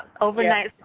overnight